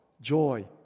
Joy